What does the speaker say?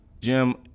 Jim